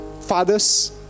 fathers